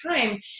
time